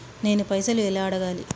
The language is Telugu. నేను పైసలు ఎలా అడగాలి?